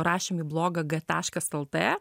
rašėm į blogą g taškas el tė